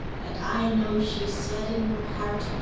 and i know she said in her heart,